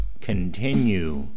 continue